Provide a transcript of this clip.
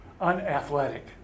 unathletic